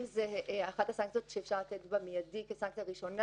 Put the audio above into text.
זו אחת הסנקציות שאפשר לצאת בה מיידי כסנקציה ראשונה.